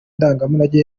ndangamurage